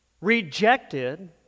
rejected